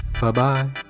Bye-bye